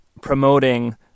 promoting